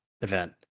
event